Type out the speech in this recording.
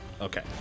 Okay